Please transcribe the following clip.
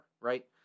right